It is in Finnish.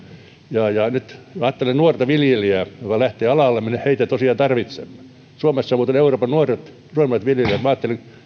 ja ja nyt ajattelen nuorta viljelijää joka lähtee alalle me heitä tosiaan tarvitsemme suomessa on muuten euroopan nuorimmat viljelijät minä ajattelin että